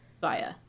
via